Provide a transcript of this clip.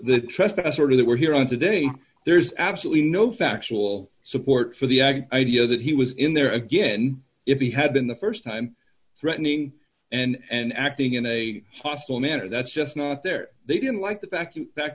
the trust that sort of that we're here on today there is absolutely no factual support for the ag idea that he was in there again if he had been the st time threatening and acting in a hostile manner that's just not there they didn't like the fact that